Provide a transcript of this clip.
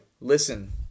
listen